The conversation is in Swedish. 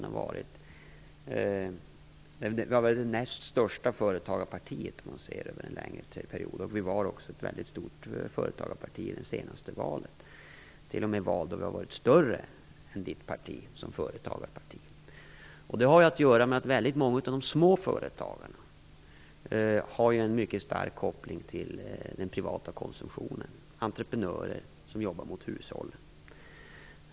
Vi var ett väldigt stort företagarparti i det senaste valet och det har funnits val då vi t.o.m. har varit större som företagarparti än vad Gustaf von Essens parti har varit. Det har att göra med att många av de små företagarna har en mycket stark koppling till den privata konsumtionen. Det gäller t.ex. entreprenörer som jobbar mot hushållen.